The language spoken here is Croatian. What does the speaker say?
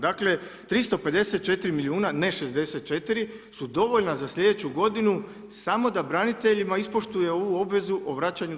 Dakle, 354 milijuna, ne 64 su dovoljna za sljedeću godinu samo da braniteljima ispoštuje ovu obvezu o vraćanju 10%